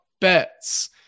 bets